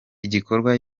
igikorwa